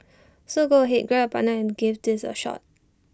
so go ahead grab your partner and give these A shot